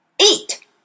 Eat